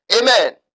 Amen